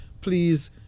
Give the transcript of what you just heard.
please